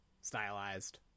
stylized